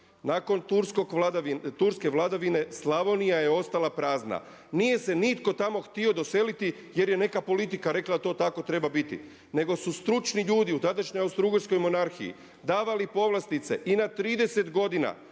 Nakon turske vladavine Slavonija je ostala prazna. Nije se nitko tamo htio doseliti jer je neka politika rekla da to tako treba biti nego su stručni ljudi u tadašnjoj Austro-ugarskoj monarhiji davali povlastice i na 30 godina,